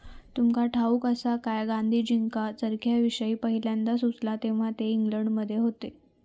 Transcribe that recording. तुमका ठाऊक आसा काय, गांधीजींका चरख्याविषयी पयल्यांदा सुचला तेव्हा ते इंग्लंडमध्ये होते